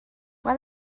what